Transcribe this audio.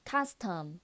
Custom